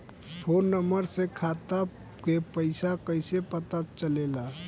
Phone number से खाता के पइसा कईसे पता चलेला?